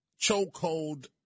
chokehold